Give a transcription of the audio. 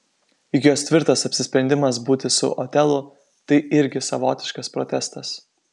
juk jos tvirtas apsisprendimas būti su otelu tai irgi savotiškas protestas